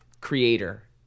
creator